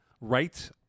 right